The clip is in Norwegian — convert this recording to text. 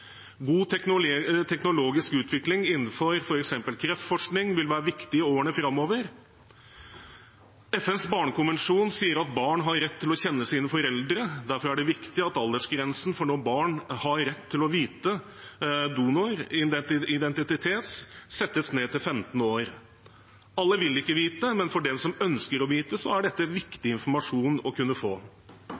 God teknologisk utvikling innenfor f.eks. kreftforskning vil være viktig i årene framover. FNs barnekonvensjon sier at barn har rett til å kjenne sine foreldre. Derfor er det viktig at aldersgrensen for når barn har rett til å vite donors identitet, settes ned til 15 år. Alle vil ikke vite, men for dem som ønsker å vite, er dette viktig informasjon å kunne få.